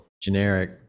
generic